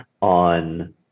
on